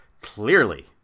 Clearly